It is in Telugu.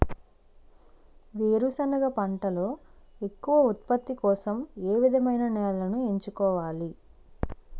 వేరుసెనగ పంటలో ఎక్కువ ఉత్పత్తి కోసం ఏ విధమైన నేలను ఎంచుకోవాలి?